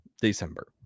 December